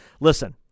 listen